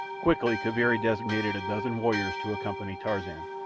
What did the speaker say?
quickly kaviri designated a dozen warriors to accompany tarzan.